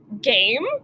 game